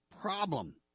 problem